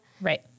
right